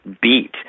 beat